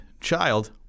child